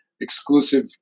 exclusive